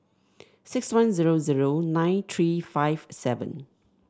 six one zero zero nine three five seven